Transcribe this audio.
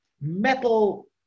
metal